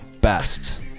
best